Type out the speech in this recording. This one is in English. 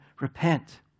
Repent